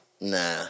Nah